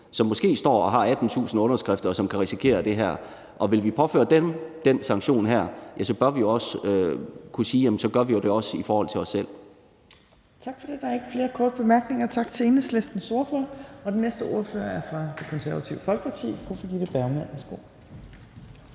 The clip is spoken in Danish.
som måske står og har 18.000 underskrifter, og som kan risikere det her. Og vil vi påføre dem den sanktion her, ja, så bør vi også kunne sige, at så gør vi det også i forhold til os selv. Kl. 12:14 Tredje næstformand (Trine Torp): Tak for det. Der er ikke flere korte bemærkninger. Tak til Enhedslistens ordfører. Den næste ordfører er fra Det Konservative Folkeparti, fru Birgitte Bergman.